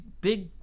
big